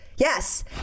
Yes